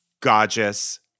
Gorgeous